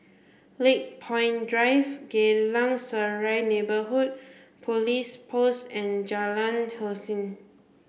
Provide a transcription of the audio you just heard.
Lakepoint Drive Geylang Serai Neighbourhood Police Post and Jalan Hussein